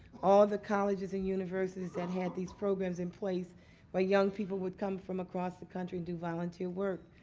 all the colleges and universities that had these programs in place where young people would come from across the country and do volunteer work.